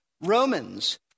Romans